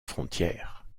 frontière